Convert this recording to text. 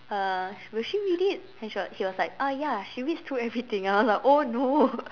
uh will she read it and she was he was like ah ya she reads through everything and I was like oh no